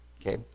Okay